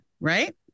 right